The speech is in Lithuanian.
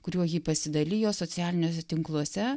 kuriuo ji pasidalijo socialiniuose tinkluose